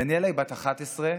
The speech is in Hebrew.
דניאלה היא בת 11,